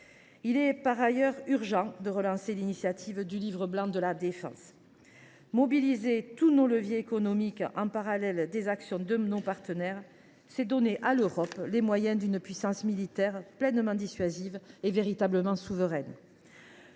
Il est par ailleurs urgent de relancer la réflexion autour du Livre blanc de la défense. Mobiliser l’ensemble de nos leviers économiques, en parallèle des initiatives de nos partenaires, c’est donner à l’Europe les moyens de disposer d’une puissance militaire pleinement dissuasive et véritablement souveraine.